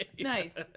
Nice